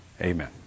amen